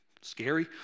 Scary